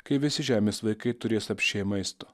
kai visi žemės vaikai turės apsčiai maisto